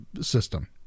system